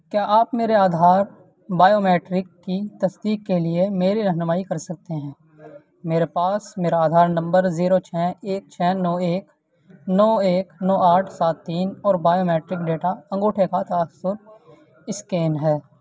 کیا آپ میرے آدھار بائیومیٹرک کی تصدیق کے لیے میری رہنمائی کر سکتے ہیں میرے پاس میرا آدھار نمبر زیرو چھ ایک چھ نو ایک نو ایک نو آٹھ سات تین اور بائیومیٹرک ڈیٹا انگوٹھے کا تاثر اسکین ہے